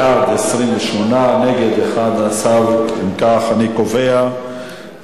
בעד, 28, נגד, 11. אם כך, אני קובע שכמובן